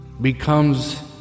becomes